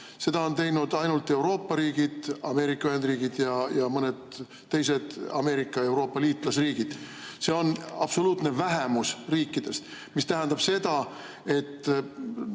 Seda on teinud ainult Euroopa riigid, Ameerika Ühendriigid ja mõned Ameerika ja Euroopa liitlasriigid. See on absoluutne vähemus riikidest. See tähendab seda, et